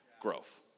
growth